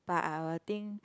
but I will think